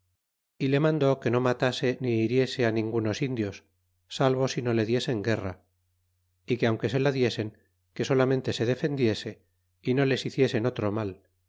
habia yje mandó que no matase ni hiriese ningunos indios salvo si no le diesen guerra é que aunque se la diesen que solamente se defendiese y no les hiciesen otro mal